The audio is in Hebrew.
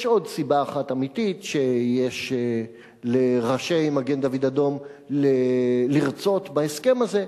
יש עוד סיבה אחת אמיתית שיש לראשי מגן-דוד-אדום לרצות בהסכם הזה,